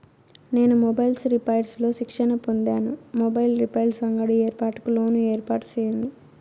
నేను mobiles repairs లో శిక్షణ పొందాను, మొబైల్ రిపైర్స్ అంగడి ఏర్పాటుకు లోను ఏర్పాటు సేయండి?